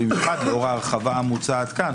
במיוחד לאור ההרחבה המוצעת פה,